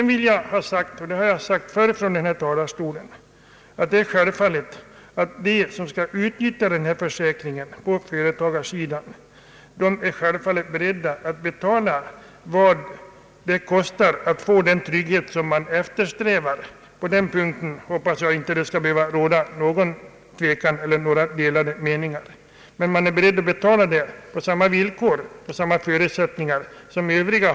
Jag vill vidare säga — och jag har sagt det förut från denna talarstol — att det är självfallet att de företagare som skall utnyttja denna försäkring är beredda att betala vad det kostar för att få den trygghet de eftersträvar. Jag hoppas att det inte skall råda någon tvekan eller några delade meningar på den punkten.